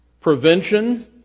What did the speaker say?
Prevention